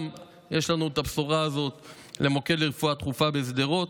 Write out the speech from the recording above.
אז גם יש לנו את הבשורה הזאת למוקד לרפואה דחופה בשדרות,